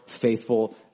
faithful